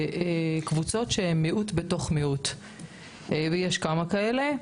לקבוצות שהן מיעוט בתוך מיעוט ויש כמה כאלה.